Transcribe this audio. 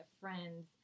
friends